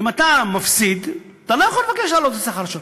אם אתה מפסיד אתה לא יכול לבקש להעלות את השכר שלך.